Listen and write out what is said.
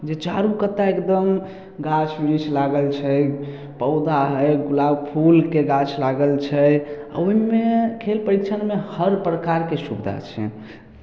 जे चारू कत्ता एकदम गाछ वृक्ष लागल छै पौधा हइ गुलाब फूलके गाछ लागल छै ओहिमे खेल परीक्षणमे हर प्रकारके सुविधा छै